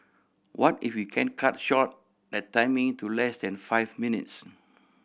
what if we can cut short that timing to less than five minutes